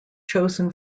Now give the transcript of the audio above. chosen